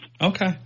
Okay